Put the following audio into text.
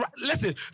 listen